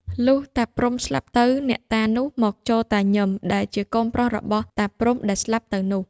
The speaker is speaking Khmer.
លុះតាព្រំុស្លាប់ទៅ អ្នកតានោះមកចូលតាញឹមដែលជាកូនប្រុសរបស់តាព្រំុដែលស្លាប់ទៅនោះ។